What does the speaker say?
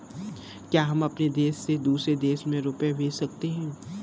क्या हम अपने देश से दूसरे देश में रुपये भेज सकते हैं?